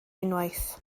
unwaith